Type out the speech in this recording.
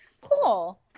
Cool